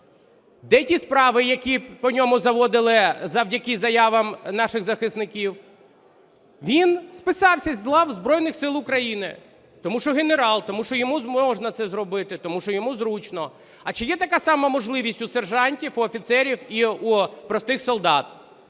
Де ті справи, які по ньому заводили завдяки заявам наших захисників? Він списався з лав Збройних Сил України. Тому що генерал, тому що йому можна це зробити, тому що йому зручно. А чи є така сама можливість у сержантів, у офіцерів і у простих солдат?